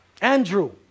Andrew